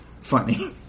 funny